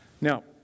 Now